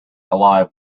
alive